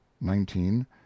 nineteen